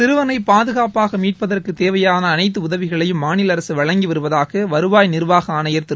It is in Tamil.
சிறுவனை பாதுகாப்பாக மீட்பதற்குத் தேவையான அனைத்து உதவிகளையும் மாநில அரசு வழங்கி வருவதாக வருவாய் நிா்வாக ஆணையா் திரு